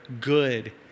good